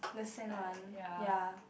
lesson one ya